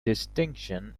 distinction